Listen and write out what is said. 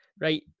Right